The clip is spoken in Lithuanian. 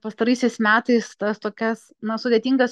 pastaraisiais metais tas tokias na sudėtingas